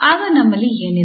ಆಗ ನಮ್ಮಲ್ಲಿ ಏನಿದೆ